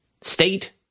state